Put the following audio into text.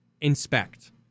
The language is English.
inspect